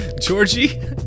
Georgie